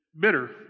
bitter